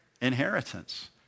Inheritance